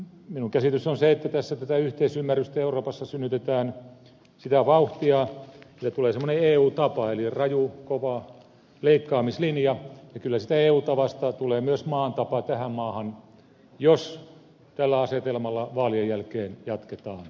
minun käsitykseni on se että tässä tätä yhteisymmärrystä euroopassa synnytetään sitä vauhtia että siitä tulee semmoinen eu tapa eli raju kova leikkaamislinja ja kyllä siitä eu tavasta tulee myös maan tapa tähän maahan jos tällä asetelmalla vaalien jälkeen jatketaan